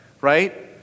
right